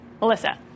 Melissa